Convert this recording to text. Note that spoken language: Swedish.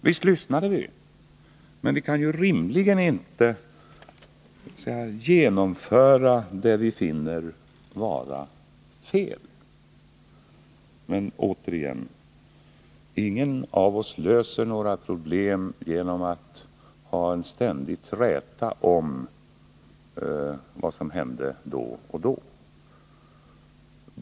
Visst lyssnade vi, men vi kan rimligen inte genomföra det vi finner vara fel. Återigen vill jag säga att ingen av oss löser några problem genom att ständigt träta om vad som hände då och då.